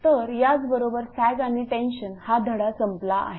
तर याचबरोबर सॅग आणि टेन्शन हा धडा संपला आहे